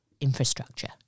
infrastructure